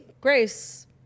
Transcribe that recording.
grace